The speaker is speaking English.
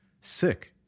sick